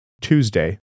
Tuesday